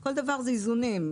כל דבר הוא איזונים.